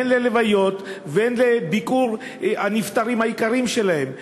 הן ללוויות והן לביקור הנפטרים היקרים שלהם.